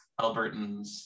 Albertans